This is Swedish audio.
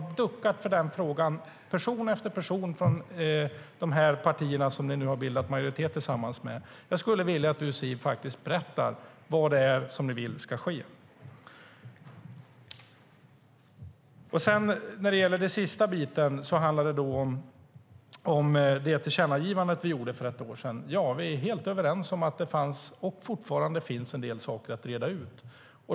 Person efter person från de partier som ni nu har bildat majoritet tillsammans med har duckat för den frågan. Jag skulle vilja att du, Siv, faktiskt berättar vad det är ni vill ska ske. När det gäller den sista biten handlar det om det tillkännagivande vi gjorde för ett år sedan. Vi är helt överens om att det fanns och fortfarande finns en del saker att reda ut.